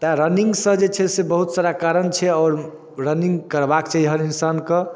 तेँ रनिङ्गसँ जे छै से बहुत सारा कारण छै आओर रनिङ्ग करबाक चाही हर इन्सानके